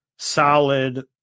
solid